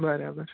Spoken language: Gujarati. બરાબર